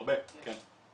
הרבה, כן.